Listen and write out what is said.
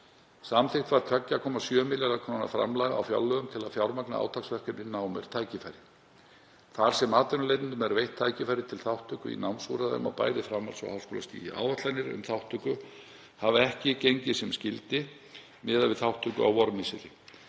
Samþykkt var 2,7 milljarða kr. framlag á fjárlögum til að fjármagna átaksverkefnið Nám er tækifæri þar sem atvinnuleitendum er veitt tækifæri til þátttöku í námsúrræðum, bæði á framhalds- og háskólastigi. Áætlanir um þátttöku hafa ekki gengið sem skyldi miðað við þátttöku á vormisseri.